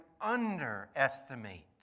underestimate